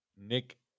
Nick